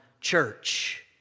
church